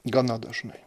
gana dažnai